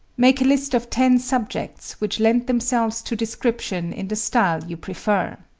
make a list of ten subjects which lend themselves to description in the style you prefer.